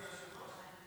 חמש דקות לרשותך.